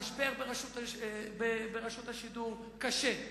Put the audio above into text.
המשבר ברשות השידור קשה.